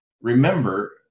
Remember